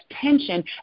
tension